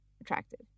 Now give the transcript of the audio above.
attractive